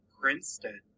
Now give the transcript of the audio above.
Princeton